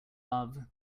love